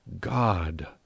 God